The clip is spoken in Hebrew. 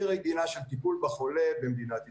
רגיל השל טיפול בחולה במדינת ישראל.